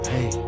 Hey